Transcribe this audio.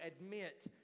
admit